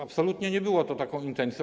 Absolutnie nie było to intencją.